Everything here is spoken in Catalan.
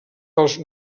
als